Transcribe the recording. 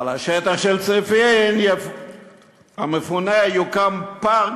ועל השטח של צריפין המפונה יוקם פארק